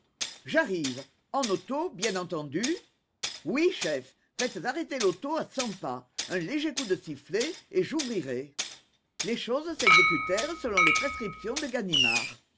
j'arrive en auto bien entendu oui chef faites arrêter l'auto à cent pas un léger coup de sifflet et j'ouvrirai les choses s'exécutèrent selon les prescriptions de